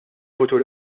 futur